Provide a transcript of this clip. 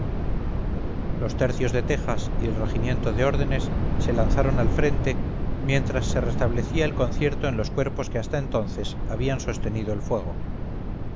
los tercios de tejas y el regimientode órdenes se lanzaron al frente mientras se restablecía el concierto en los cuerpos que hasta entonces habían sostenido el fuego